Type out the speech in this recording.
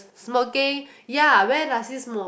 smoking ya where does he smoke